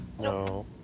No